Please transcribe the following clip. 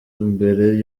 mbere